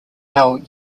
how